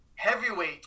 heavyweight